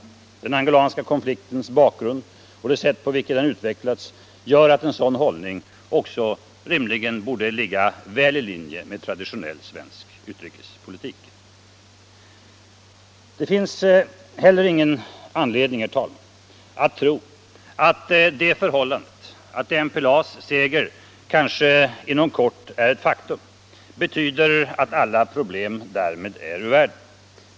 Den angolanska konfliktens bakgrund och det sätt på vilket den utvecklats gör att en sådan hållning också borde ligga väl i linje med traditionell svensk utrikespolitik. Det finns heller ingen anledning att tro att det förhållandet att MPLA:s seger kanske inom kort är ett faktum betyder att alla problem därmed är ur världen.